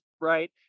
right